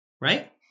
right